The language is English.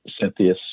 Cynthia